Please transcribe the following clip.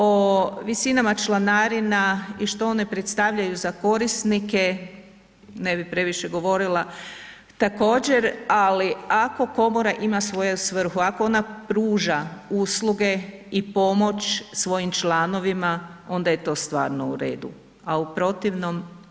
O visinama članarina i što one predstavljaju za korisnike ne bih previše govorila također, ali ako komora ima svoju svrhu, ako ona pruža usluge i pomoć svojim članovima onda je to stvarno u redu, a u protivnom.